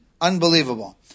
unbelievable